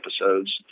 episodes